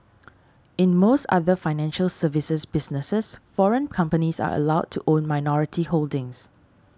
in most other financial services businesses foreign companies are allowed to own minority holdings